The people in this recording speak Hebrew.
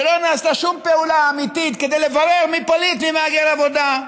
שלא נעשתה שום פעולה אמיתית כדי לברר מי פליט ומי מהגר עבודה.